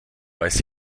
weiß